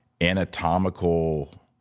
anatomical